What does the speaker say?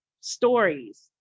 stories